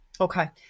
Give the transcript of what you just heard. Okay